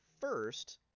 first